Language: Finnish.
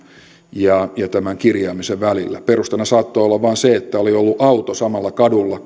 ja tämän kirjaamisen välillä perusteena saattoi olla vain se että oli ollut auto samalla kadulla